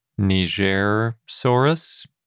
Nigerosaurus